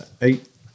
eight